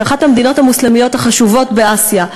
שהיא אחת המדינות המוסלמיות החשובות באסיה,